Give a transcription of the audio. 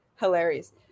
Hilarious